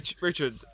Richard